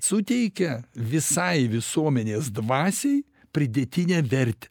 suteikia visai visuomenės dvasiai pridėtinę vertę